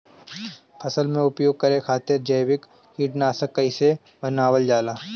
फसल में उपयोग करे खातिर जैविक कीटनाशक कइसे बनावल जाला?